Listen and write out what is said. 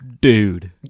dude